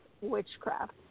witchcraft